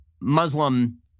Muslim